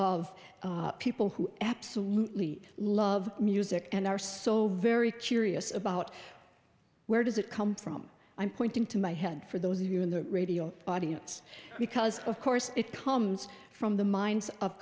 of people who absolutely love music and are so very curious about where does it come from i'm pointing to my head for those of you in the radio audience because of course it comes from the minds of